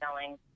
selling